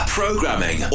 programming